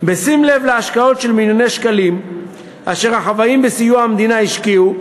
בשים לב להשקעות של מיליוני שקלים אשר החוואים בסיוע המדינה השקיעו,